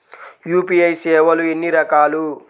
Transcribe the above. UPI సేవలు ఎన్నిరకాలు?